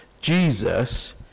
Jesus